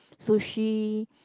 sushi